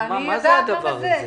מה זה הדבר הזה?